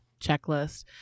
checklist